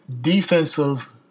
defensive